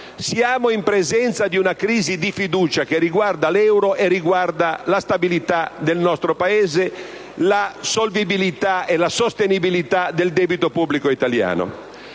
in presenza di una crisi di fiducia che riguarda l'euro e riguarda la stabilità del nostro Paese, la solvibilità e la sostenibilità del debito pubblico italiano,